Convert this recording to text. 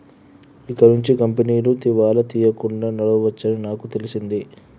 ఇకనుంచి కంపెనీలు దివాలా తీయకుండా నడవవచ్చని నాకు తెలిసింది